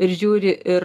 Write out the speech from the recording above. ir žiūri ir